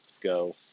Go